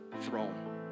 throne